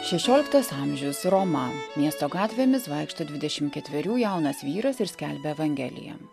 šešioliktas amžius roma miesto gatvėmis vaikšto dvidešimt ketverių jaunas vyras ir skelbia evangeliją